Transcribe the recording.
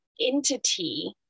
entity